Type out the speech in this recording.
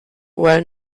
well